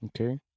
Okay